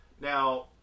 now